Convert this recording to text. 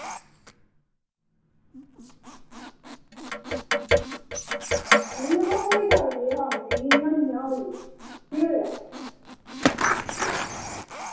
नेईं बा होई केह् हा गेदा उनेंगी इंया कियां होई केह् होया